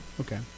Okay